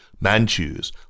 Manchus